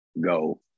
go